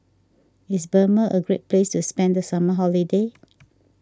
is Burma a great place to spend the summer holiday